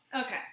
Okay